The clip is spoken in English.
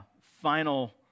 final